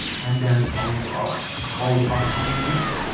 and then also ah and all the upcoming weeks.